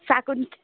साकुन्त